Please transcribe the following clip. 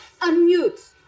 unmute